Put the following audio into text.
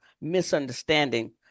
misunderstanding